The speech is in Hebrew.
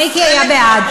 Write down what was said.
מיקי היה בעד.